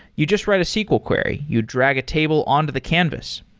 you just write a sql query. you drag a table on to the canvas.